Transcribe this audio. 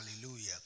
hallelujah